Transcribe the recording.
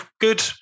good